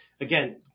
again